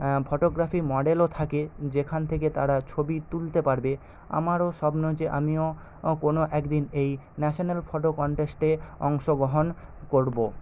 photography মডেলও থাকে যেখান থেকে তারা ছবি তুলতে পারবে আমারও স্বপ্ন যে আমিও কোনো একদিন এই ন্যাশানাল ফোটো কন্টেস্টে অংশগ্রহণ করবো